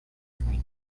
between